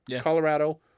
Colorado